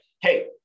hey